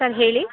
sir ಹೇಳಿ